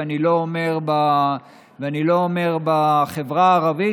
ואני לא אומר "בחברה הערבית",